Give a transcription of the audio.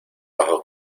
bajo